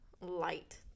light